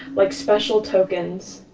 like special tokens.